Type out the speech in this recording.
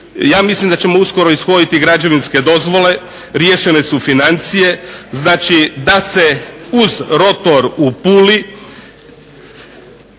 ja mislim da ćemo uskoro ishoditi građevinske dozvole, riješene su financije, znači da se uz rotor u Puli